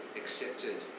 accepted